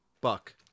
Buck